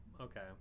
Okay